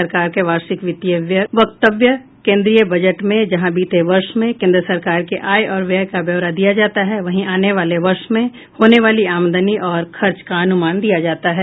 सरकार के वार्षिक वित्तीय वक्तव्य केंद्रीय बजट में जहां बीते वर्ष में केंद्र सरकार के आय और व्यय का ब्यौरा दिया जाता है वहीं आने वाले वर्ष में होने वाली आमदनी और खर्च का अनुमान दिया जाता है